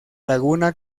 laguna